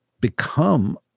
become